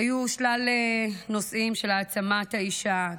היו שלל נושאים של העצמת האישה,